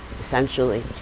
essentially